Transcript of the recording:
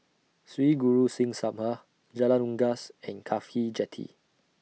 Sri Guru Singh Sabha Jalan Unggas and Cafhi Jetty